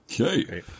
Okay